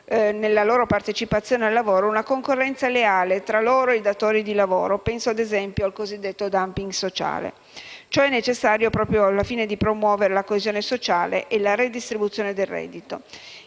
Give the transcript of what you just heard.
nella loro partecipazione al lavoro, una concorrenza leale tra loro e i datori di lavoro per evitare il cosiddetto *dumping sociale*. E ciò è necessario proprio al fine di promuovere la coesione sociale e favorire la redistribuzione del reddito.